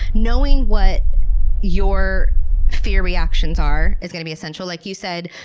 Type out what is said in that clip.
knowing what your fear reactions are is going to be essential. like you said,